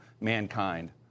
mankind